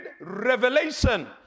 revelation